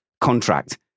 contract